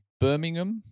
Birmingham